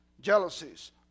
jealousies